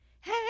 hey